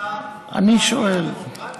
אני שואל, אתה,